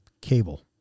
Cable